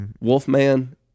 wolfman